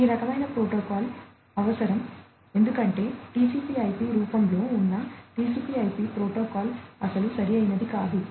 ఈ రకమైన ప్రోటోకాల్ అవసరం ఎందుకంటే టిసిపి ఐపి రూపంలో ఉన్న టిసిపి ఐపి ప్రోటోకాల్ అసలు సరిఅయినది కాదు